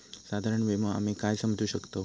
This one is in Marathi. साधारण विमो आम्ही काय समजू शकतव?